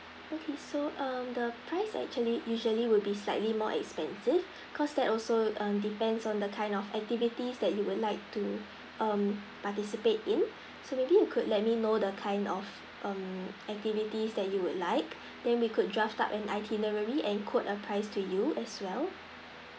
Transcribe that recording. okay so um the price actually usually would be slightly more expensive because that also err depends on the kind of activities that you would like to um participate in so maybe you could let me know the kind of um activities that you would like then we could draft up an itinerary and quote a price to you as well